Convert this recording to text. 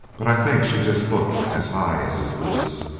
but i think she just looked as high as his boots,